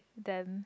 them